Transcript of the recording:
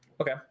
Okay